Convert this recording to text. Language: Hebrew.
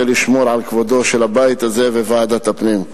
לשמור על כבודו של הבית הזה וכבודה של ועדת הפנים.